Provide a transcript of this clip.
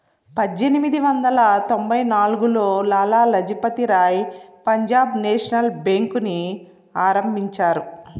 పజ్జేనిమిది వందల తొంభై నాల్గులో లాల లజపతి రాయ్ పంజాబ్ నేషనల్ బేంకుని ఆరంభించారు